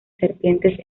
serpientes